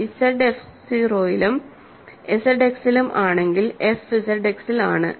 C Z f 0 ലും ZX ലും ആണെങ്കിൽ fZX ൽ ആണ്